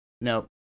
Nope